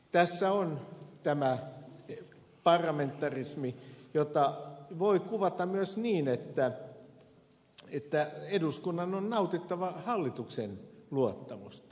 tässä on tämä parlamentarismi jota voi kuvata myös niin että eduskunnan on nautittava hallituksen luottamusta